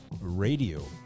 radio